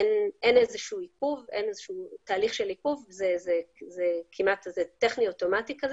ואין איזשהו עיכוב והבנו שזה טכני אוטומטי.